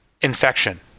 infection